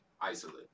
Isolate